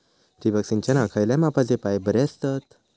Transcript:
ठिबक सिंचनाक खयल्या मापाचे पाईप बरे असतत?